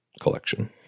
collection